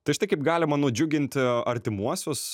tai štai kaip galima nudžiuginti artimuosius